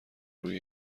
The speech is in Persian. روی